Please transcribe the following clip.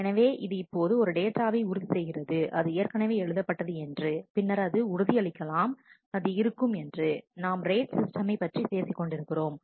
எனவே இது இப்போது ஒரு டேட்டாவை உறுதி செய்கிறது அது ஏற்கனவே எழுதப்பட்டது என்று பின்னர் அது உறுதி அளிக்கலாம் அது இருக்கும் என்று நாம் ரேட் சிஸ்டமை பற்றி பேசிக்கொண்டிருக்கிறோம்